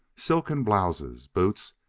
silken blouses, boots,